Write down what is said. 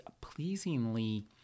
pleasingly